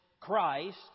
Christ